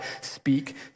speak